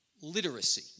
Literacy